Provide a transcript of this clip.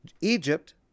Egypt